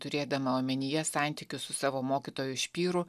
turėdama omenyje santykius su savo mokytoju špyru